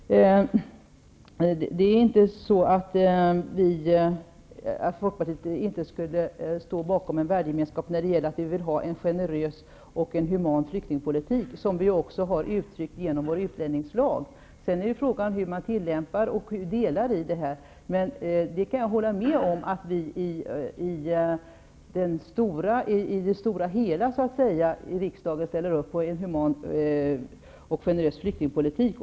Fru talman! Det är inte så att Folkpartiet inte deltar i den värdegemenskap som finns här i riksdagen när det gäller önskemålen om en generös och human flyktingpolitik, som vi också har uttryckt genom vår utlänningslag. Frågan är sedan hur man tillämpar den. Men jag kan hålla med om att vi i det stora hela i riksdagen ställer upp bakom en generös och human flyktingpolitik.